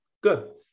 good